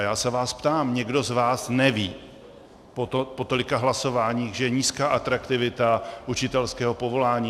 A já se vás ptám: Někdo z vás neví po tolika hlasováních, že je nízká atraktivita učitelského povolání?